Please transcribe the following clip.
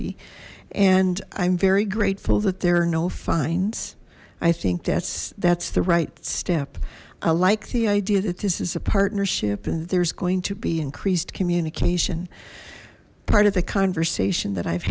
be and i'm very grateful that there are no fines i think that's that's the right step i like the idea that this is a partnership and there's going to be increased communication part of the conversation that i've